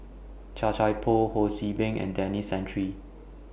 Chia Thye Poh Ho See Beng and Denis Santry